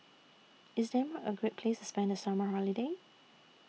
IS Denmark A Great Place to spend The Summer Holiday